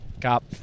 Cop